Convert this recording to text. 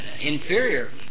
inferior